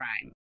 crime